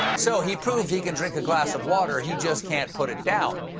so he proved he can drink a glass of water, he just can't put it down.